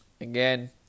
Again